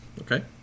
Okay